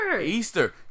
Easter